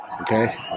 Okay